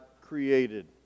created